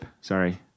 Sorry